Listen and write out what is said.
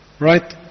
Right